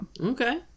Okay